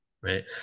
Right